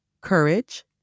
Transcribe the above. Courage